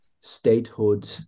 statehood